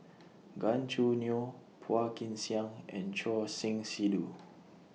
Gan Choo Neo Phua Kin Siang and Choor Singh Sidhu